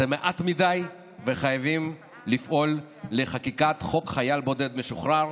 זה מעט מדי וחייבים לפעול לחקיקת חוק חייל בודד משוחרר,